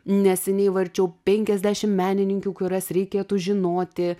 neseniai varčiau penkiasdešim menininkių kurias reikėtų žinoti